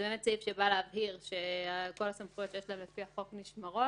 זה באמת סעיף שבא להבהיר שכל הסמכויות שיש להם לפי החוק נשמרות,